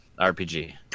RPG